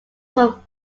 from